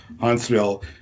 Huntsville